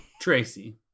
Tracy